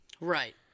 Right